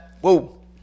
whoa